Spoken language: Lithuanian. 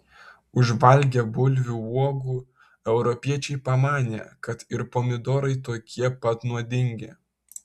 užvalgę bulvių uogų europiečiai pamanė kad ir pomidorai tokie pat nuodingi